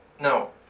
no